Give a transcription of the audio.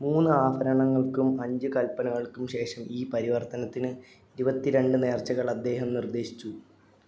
മൂന്ന് ആഭരണങ്ങൾക്കും അഞ്ച് കൽപ്പനകൾക്കും ശേഷം ഈ പരിവർത്തനത്തിന് ഇരുപത്തിരണ്ട് നേർച്ചകൾ അദ്ദേഹം നിർദ്ദേശിച്ചു